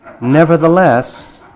Nevertheless